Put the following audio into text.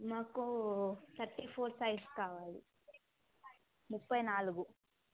మాకు thirty four size కావాలి ముప్పై నాలుగు